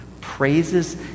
praises